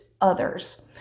others